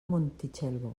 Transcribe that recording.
montitxelvo